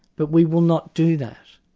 but we will not do that.